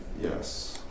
yes